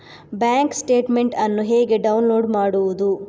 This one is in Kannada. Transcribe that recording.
ಬ್ಯಾಂಕ್ ಸ್ಟೇಟ್ಮೆಂಟ್ ಅನ್ನು ಹೇಗೆ ಡೌನ್ಲೋಡ್ ಮಾಡುವುದು?